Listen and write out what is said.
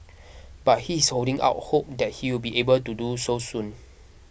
but he is holding out hope that he will be able to do so soon